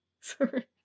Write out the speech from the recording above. Sorry